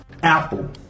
Apple